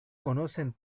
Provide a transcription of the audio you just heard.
conocen